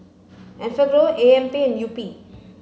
Enfagrow A M P and Yupi